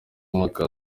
umwaka